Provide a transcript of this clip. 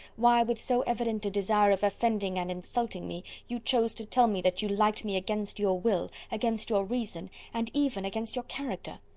why with so evident a desire of offending and insulting me, you chose to tell me that you liked me against your will, against your reason, and even against your character?